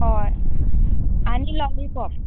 होय आनी लॉलिपॉप